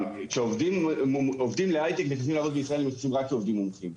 עובדים להיי-טק שצריכים לעבוד בישראל רק עובדים מומחים.